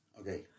Okay